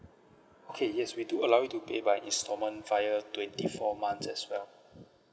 okay yes we do allow you to pay by instalment via twenty four months as well